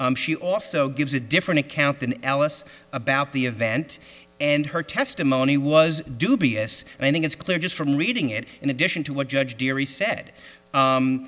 she also gives a different account than alice about the event and her testimony was dubious and i think it's clear just from reading it in addition to what judge jury said